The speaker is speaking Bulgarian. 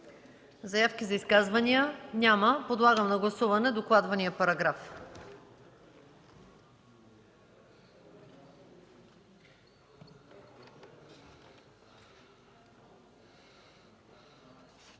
Заявки за изказвания? Няма. Подлагам на гласуване докладвания параграф.